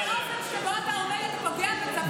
באופן שבו אתה, אתה פוגע בצבא.